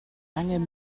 angen